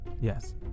yes